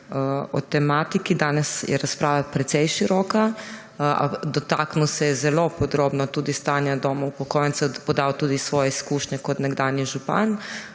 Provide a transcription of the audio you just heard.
o tematiki. Danes je razprava precej široka. Dotaknil se je zelo podrobno tudi stanja domov upokojencev, podal tudi svoje izkušnje kot nekdanji župan.